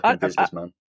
businessman